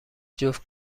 جفت